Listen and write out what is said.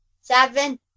seven